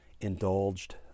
indulged